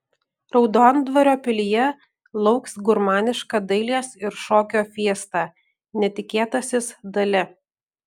raudondvario pilyje lauks gurmaniška dailės ir šokio fiesta netikėtasis dali